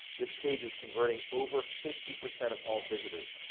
this page is converting over fifty percent of all visitors,